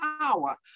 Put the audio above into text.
power